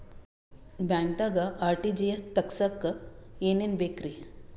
ಬ್ಯಾಂಕ್ದಾಗ ಆರ್.ಟಿ.ಜಿ.ಎಸ್ ತಗ್ಸಾಕ್ ಏನೇನ್ ಬೇಕ್ರಿ?